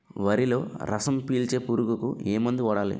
వరిలో రసం పీల్చే పురుగుకి ఏ మందు వాడాలి?